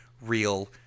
real